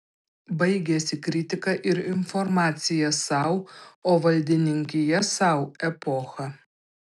baigėsi kritika ir informacija sau o valdininkija sau epocha